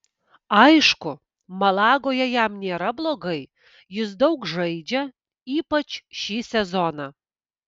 aišku malagoje jam nėra blogai jis daug žaidžia ypač šį sezoną